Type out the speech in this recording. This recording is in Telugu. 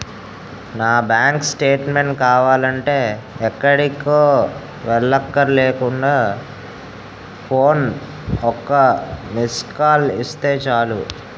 నా బాంకు స్టేట్మేంట్ కావాలంటే ఎక్కడికో వెళ్ళక్కర్లేకుండా ఫోన్లో ఒక్క మిస్కాల్ ఇస్తే చాలు